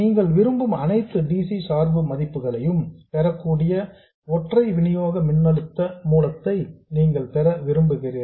நீங்கள் விரும்பும் அனைத்து dc சார்பு மதிப்புகளையும் பெறக்கூடிய ஒற்றை வினியோக மின்னழுத்த மூலத்தை நீங்கள் பெற விரும்புகிறீர்கள்